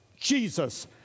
Jesus